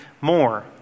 more